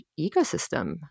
ecosystem